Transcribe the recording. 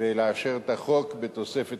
ולאשר את החוק בתוספת